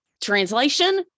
Translation